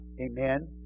amen